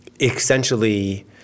Essentially